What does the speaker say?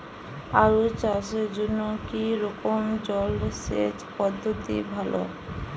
আলু চাষের জন্য কী রকম জলসেচ পদ্ধতি ভালো?